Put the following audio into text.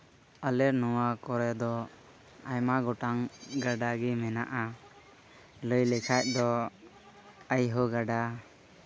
ᱟᱞᱮ ᱱᱚᱣᱟ ᱠᱚᱨᱮ ᱫᱚ ᱟᱭᱢᱟ ᱜᱚᱴᱟᱝ ᱜᱟᱰᱟ ᱜᱮ ᱢᱮᱱᱟᱜᱼᱟ ᱞᱟᱹᱭ ᱞᱮᱠᱷᱟᱡ ᱫᱚ ᱟᱹᱭᱦᱟᱹ ᱜᱟᱰᱟ